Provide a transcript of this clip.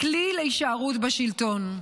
לכלי להישארות בשלטון.